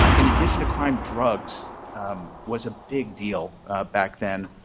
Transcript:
ah in addition to crime, drugs was a big deal back then.